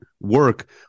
Work